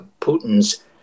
Putin's